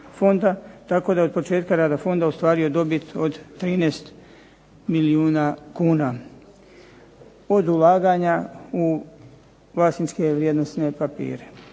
tako da od početka rada fonda ostvario dobit od 13 milijuna kuna, od ulaganja u vlasničke i vrijednosne papire.